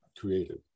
Created